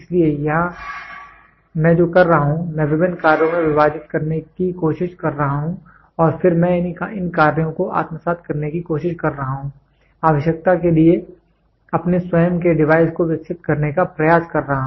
इसलिए यहां मैं जो कर रहा हूं मैं विभिन्न कार्यों में विभाजित करने की कोशिश कर रहा हूं और फिर मैं इन कार्यों को आत्मसात करने की कोशिश कर रहा हूं आवश्यकता के लिए अपने स्वयं के डिवाइस को विकसित करने का प्रयास कर रहा हूं